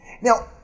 Now